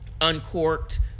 Uncorked